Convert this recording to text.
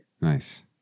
Nice